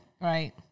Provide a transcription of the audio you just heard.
Right